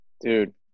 Dude